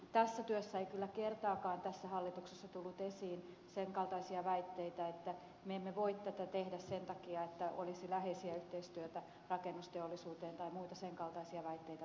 tässä työssä ei kyllä kertaakaan tässä hallituksessa tullut esiin sen kaltaisia väitteitä että me emme voi tätä tehdä sen takia että olisi läheistä yhteistyötä rakennusteollisuuden kanssa tai muita sen kaltaisia väitteitä mitä tässä tuli